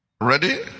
ready